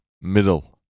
middle